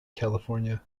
california